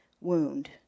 wound